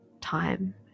time